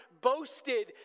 boasted